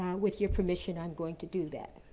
with your permission, i'm going to do that.